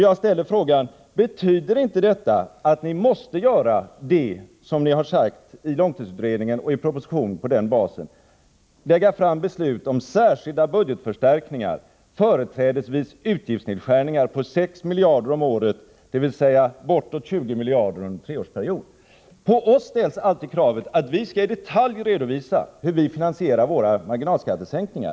Jag ställer då frågan: Betyder inte detta att ni måste göra det som ni har sagt i långtidsutredningen och i den proposition som har denna som sin bas — nämligen lägga fram beslut om särskilda budgetförstärkningar, företrädesvis utgiftsnedskärningar, på 6 miljarder om året, dvs. bortemot 20 miljarder under en treårsperiod? På oss ställs alltid kravet att vi i detalj skall redovisa hur vi finansierar våra marginalskattesänkningar.